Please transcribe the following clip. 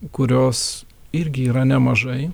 kurios irgi yra nemažai